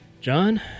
John